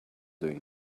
doing